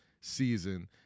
season